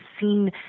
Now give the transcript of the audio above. seen